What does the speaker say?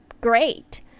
great